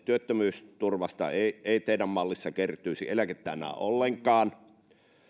työttömyysturvasta ei ei teidän mallissanne kertyisi eläkettä enää ollenkaan